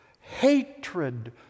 hatred